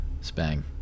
Spang